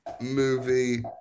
movie